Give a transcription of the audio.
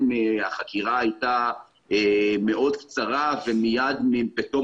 בהם החקירה הייתה מאוד קצרה ומיד בתום